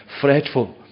fretful